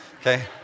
Okay